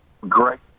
Great